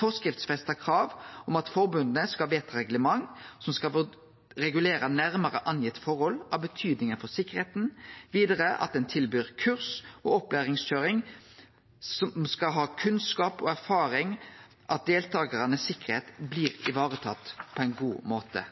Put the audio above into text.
forskriftsfesta krav om at forbunda skal vedta reglement som skal regulere nærare gitte forhold av betyding for sikkerheita, vidare at dei som tilbyr kurs og opplæringskøyring, skal ha kunnskap og erfaring, og at sikkerheita til deltakarane blir varetatt på ein god måte.